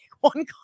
one